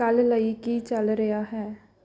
ਕੱਲ੍ਹ ਲਈ ਕੀ ਚੱਲ ਰਿਹਾ ਹੈ